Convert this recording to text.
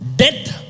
death